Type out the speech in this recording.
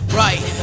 right